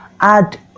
Add